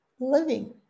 living